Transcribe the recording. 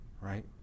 right